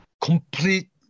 complete